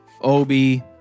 Obi